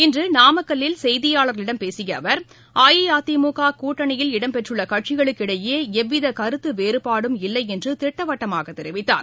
இன்று நாமக்கல்லில் செய்தியாளர்களிடம் பேசிய அவர் அஇஅதிமுக கூட்டணியில் இடம்பெற்றுள்ள கட்சிகளுக்கு இடையே எவ்வித கருத்து வேறுபாடும் இல்லை என்று திட்டவட்டமாக தெரிவித்தார்